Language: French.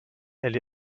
elle